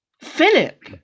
Philip